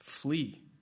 Flee